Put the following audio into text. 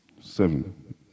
Seven